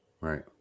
Right